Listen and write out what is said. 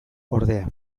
ordea